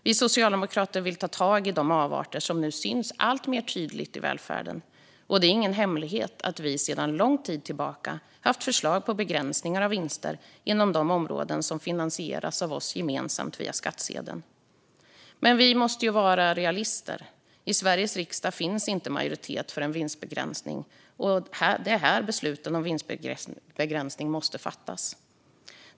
Vi socialdemokrater vill ta tag i de avarter som nu syns alltmer tydligt i välfärden. Det är ingen hemlighet att vi sedan lång tid tillbaka har haft förslag på begränsningar av vinster inom de områden som finansieras av oss gemensamt via skattsedeln. Men vi måste ju vara realister. I Sveriges riksdag finns inte majoritet för en vinstbegränsning, och det är här besluten om vinstbegränsning måste fattas.